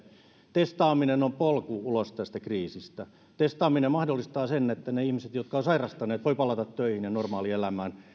testaaminen on polku ulos tästä kriisistä testaaminen mahdollistaa sen että ne ihmiset jotka ovat sairastaneet voivat palata töihin ja normaalielämään